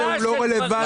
--- הוא לא רלבנטי.